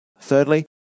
Thirdly